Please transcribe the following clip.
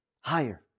higher